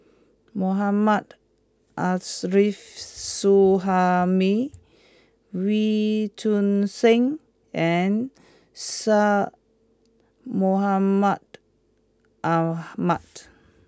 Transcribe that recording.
Mohammad Arif Suhaimi Wee Choon Seng and Syed Mohamed Ahmed